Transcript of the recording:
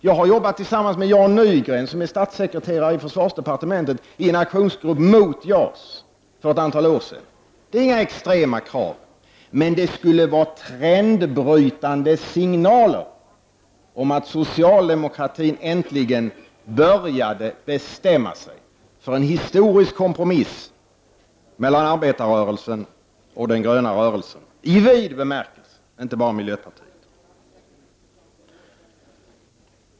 Jag har jobbat tillsammans med Jan Nygren, statssekreterare i försvarsdepartementet, i en aktionsgrupp mot JAS för ett antal år sedan. Det är inte fråga om några extrema krav, men ett tillgodoseende av dem skulle vara trendbrytande signaler om att socialdemokratin äntligen började bestämma sig för en historisk kompromiss mellan arbetarrörelsen och den gröna rörelsen i vid bemärkelse, inte bara miljöpartiet.